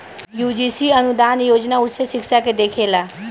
UGC अनुदान आयोग उच्च शिक्षा के देखेला